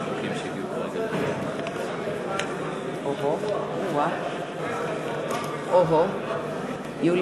חברי הכנסת, אנחנו בפרק א': מטרות החוק.